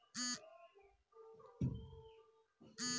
প্রতিটি দেশে অনেক রকমের ফিনান্সিয়াল সেবা আর সরকারি সাহায্য পায়